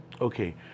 Okay